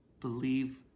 believe